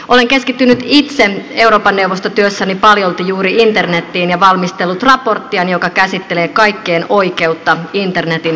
olen keskittynyt itse euroopan neuvosto työssäni paljolti juuri internetiin ja valmistellut raporttiani joka käsittelee kaikkien oikeutta internetin saatavuuteen